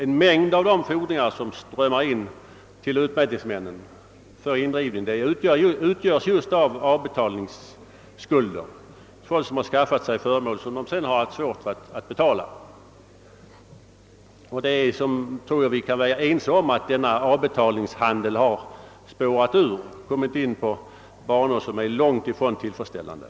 En mycket stor del av de fordringar som strömmar in till utmätningsmännen för indrivning utgörs av avbetalningsskulder; folk har skaffat sig föremål som de sedan har svårt att betala. Jag tror att vi kan vara ense om att avbetalningshandeln har spårat ur och kommit in på banor som är långtifrån tillfredsställande.